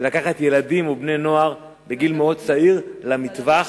לקחת ילדים ובני-נוער בגיל מאוד צעיר למטווח,